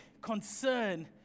concern